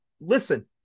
listen